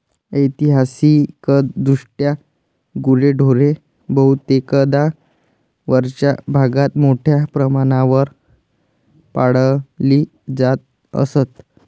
ऐतिहासिकदृष्ट्या गुरेढोरे बहुतेकदा वरच्या भागात मोठ्या प्रमाणावर पाळली जात असत